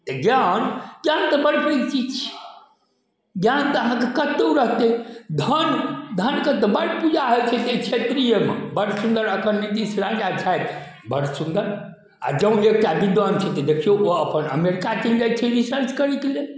ज्ञान ज्ञान तऽ बड़ पैघ चीज छियै ज्ञान तऽ अहाँके कतौ रहतै धान धानके तऽ बड बिआ होय छै एहि क्षेत्रमे बड़ सुन्दर अखन नीतीश राजा छथि बड़ सुन्दर आ जँ एकटा विद्वान छै देखियौ ओ अपन अमेरिका चलि जाइ छै रिसर्च करैके लेल